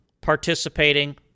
participating